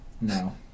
No